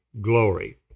glory